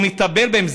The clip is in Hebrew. הוא מטפל בהם,